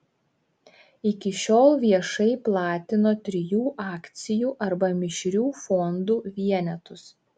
iki šiol viešai platino trijų akcijų arba mišrių fondų vienetus